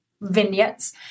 vignettes